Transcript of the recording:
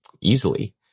easily